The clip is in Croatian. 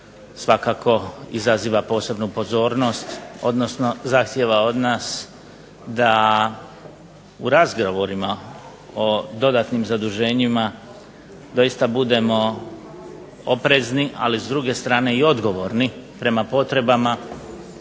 svakako izaziva posebnu pozornost odnosno zahtjeva od nas da u razgovorima o dodatnim zaduženjima dosita budemo oprezni, a i s druge strane odgovorni prema potrebama